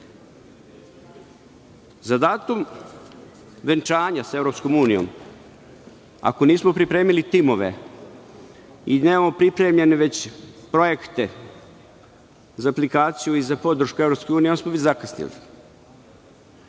datum venčanja sa EU, ako nismo pripremili timove i nemamo već pripremljene projekte za aplikaciju i za podršku EU, onda smo mi zakasnili.